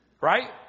Right